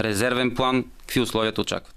резервен план, какви условия те очакват.